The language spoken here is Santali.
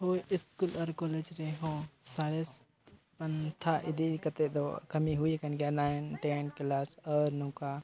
ᱦᱳᱭ ᱟᱨ ᱨᱮᱦᱚᱸ ᱥᱟᱬᱮᱥ ᱯᱟᱱᱛᱷᱟ ᱤᱫᱤ ᱠᱟᱛᱮᱫ ᱫᱚ ᱠᱟᱹᱢᱤ ᱦᱩᱭ ᱟᱠᱟᱱ ᱜᱮᱭᱟ ᱟᱨ ᱱᱚᱝᱠᱟ